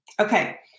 Okay